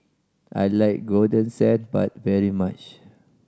I like Golden Sand Bun very much